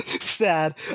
Sad